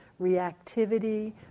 reactivity